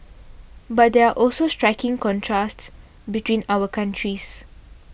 but there are also striking contrasts between our countries